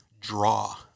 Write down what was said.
draw